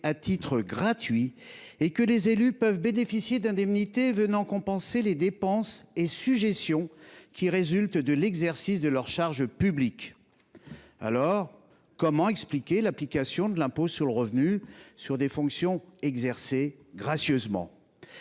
et de rappeler que les élus peuvent bénéficier d’indemnités venant compenser les dépenses et sujétions qui résultent de l’exercice de leur charge publique. Dès lors, comment expliquer l’application de l’impôt sur le revenu sur des indemnités perçues au titre